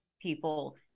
people